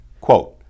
Quote